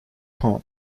pond